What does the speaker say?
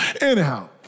Anyhow